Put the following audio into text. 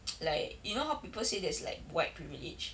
like you know how people say there's like white privilege